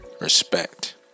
Respect